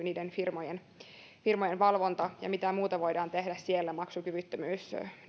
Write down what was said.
niiden firmojen firmojen valvonta siirtyy finanssivalvontaan se mitä muuta voidaan tehdä maksukyvyttömyyden